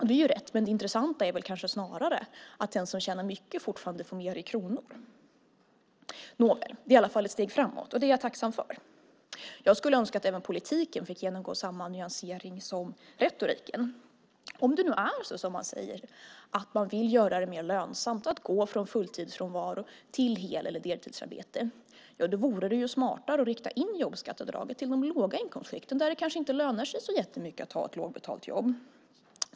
Det är rätt, men det intressanta är väl snarare att den som tjänar mycket fortfarande får mer i kronor räknat. Nåväl, det är i alla fall ett steg framåt, och det är jag tacksam för. Jag skulle önska att politiken fick genomgå samma nyansering som retoriken. Om det nu är så som man säger att man vill göra det mer lönsamt att gå från fulltidsfrånvaro till hel eller deltidsarbete vore det smartare att inrikta jobbskatteavdraget på de låga inkomstskikten där det kanske inte lönar sig så mycket att ha ett lågbetalt jobb.